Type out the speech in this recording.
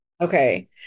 okay